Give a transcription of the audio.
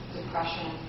depression